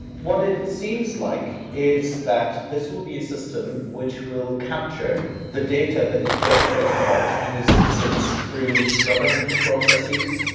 what it seems like is that this will be a system which will capture the data that is generated about chinese citizens through governmental processes,